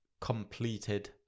completed